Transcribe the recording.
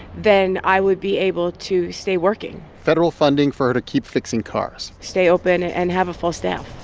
then i would be able to stay working. federal funding for her to keep fixing cars. stay open and have a full staff.